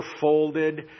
folded